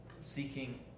seeking